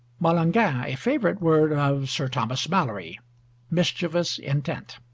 malengin a favourite word of sir thomas malory mischievous intent.